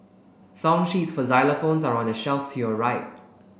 song sheets for xylophones are on the shelf to your right